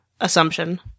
assumption